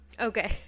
Okay